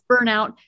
burnout